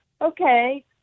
Okay